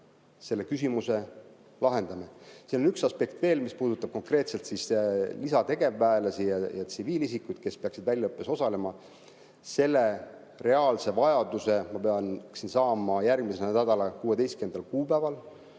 selle küsimuse lahendame. Siin on üks aspekt veel, mis puudutab konkreetselt lisategevväelasi ja tsiviilisikuid, kes peaksid väljaõppes osalema. Selle reaalse vajaduse ma peaksin saama [teada] järgmisel nädalal 16. kuupäeval.